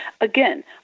again